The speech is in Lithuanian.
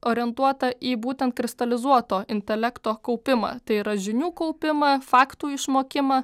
orientuota į būtent kristalizuoto intelekto kaupimą tai yra žinių kaupimą faktų išmokimą